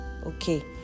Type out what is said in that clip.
okay